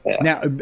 Now